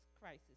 crisis